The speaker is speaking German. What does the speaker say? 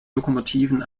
lokomotiven